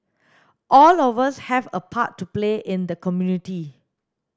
all of us have a part to play in the community